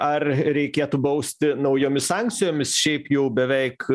ar reikėtų bausti naujomis sankcijomis šiaip jau beveik